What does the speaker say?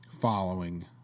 Following